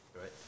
right